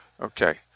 Okay